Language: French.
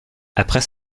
après